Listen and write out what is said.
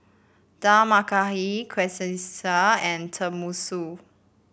Dal Makhani Quesadillas and Tenmusu